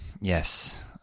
Yes